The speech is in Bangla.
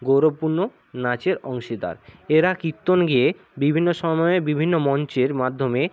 গৌরবপূর্ণ নাচের অংশীদার এরা কীর্ত্তন গেয়ে বিভিন্ন সময়ে বিভিন্ন মঞ্চের মাধ্যমে